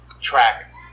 track